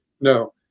No